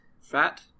Fat